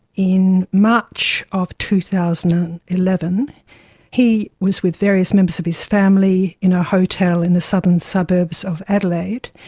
in march of two thousand and eleven he was with various members of his family in a hotel in the southern suburbs of adelaide,